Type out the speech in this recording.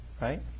Right